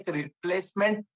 replacement